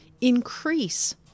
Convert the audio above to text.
increase